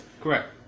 Correct